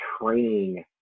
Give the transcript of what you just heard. training